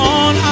on